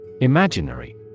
Imaginary